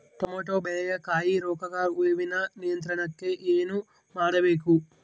Tomato ಬೆಳೆಯ ಕಾಯಿ ಕೊರಕ ಹುಳುವಿನ ನಿಯಂತ್ರಣಕ್ಕೆ ಏನು ಮಾಡಬೇಕು?